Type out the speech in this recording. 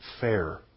fair